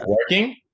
working